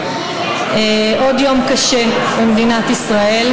עוד יום קשה במדינת ישראל,